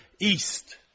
east